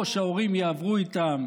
או שההורים יעברו איתם